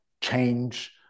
change